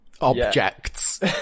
Objects